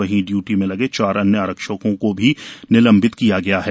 वहीं ड्यूटी में लगे चार अन्य आरक्षक को भी निलंबित किया गया है